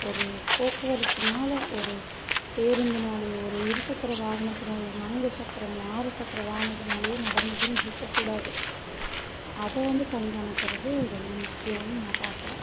ஒரு போக்குவரத்துனால் ஒரு பேருந்துனாலேயோ ஒரு இருசக்கர வாகனத்துனாலேயோ நான்கு சக்கரமோ ஆறு சக்கர வாகனத்துனாலேயோ நடந்ததுன்னு இருக்கக்கூடாது அதை வந்து கண்காணிக்கிறது ரொம்ப முக்கியம்னு நான் பார்க்கறேன்